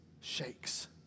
shakes